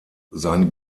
sein